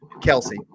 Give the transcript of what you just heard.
Kelsey